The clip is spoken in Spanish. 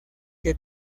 que